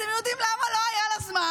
אתם יודעים למה לא היה לה זמן?